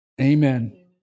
Amen